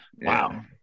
wow